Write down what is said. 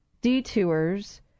detours